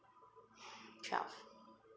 twelve